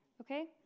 okay